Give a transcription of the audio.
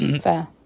fair